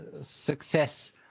success